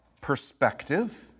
perspective